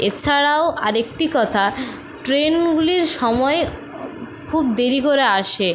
এছাড়াও আরেকটি কথা ট্রেনগুলি সময়ে খুব দেরি করে আসে